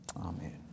Amen